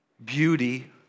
beauty